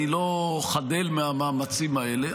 אני לא חדל מהמאמצים האלה.